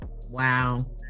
Wow